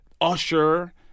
Usher